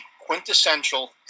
quintessential